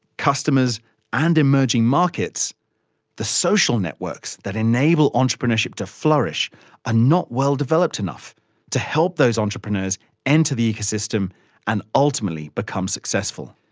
customers and emerging markets the social networks that enable entrepreneurship to flourish are ah not well developed enough to help those entrepreneurs enter the ecosystem and ultimately become successful.